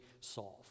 solve